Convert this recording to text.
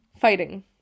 fighting